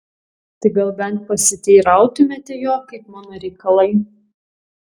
tai gal bent pasiteirautumėte jo kaip mano reikalai